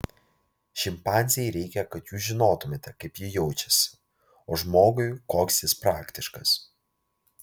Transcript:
šimpanzei reikia kad jūs žinotumėte kaip ji jaučiasi o žmogui koks jis praktiškas